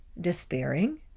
despairing